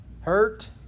Hurt